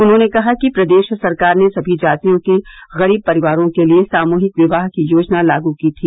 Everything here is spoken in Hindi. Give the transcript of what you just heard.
उन्होंने कहा कि प्रदेश सरकार ने सभी जातियों के गरीब परिवारों के लिये सामूहिक विवाह की योजना लागू की थी